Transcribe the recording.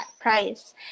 price